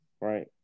right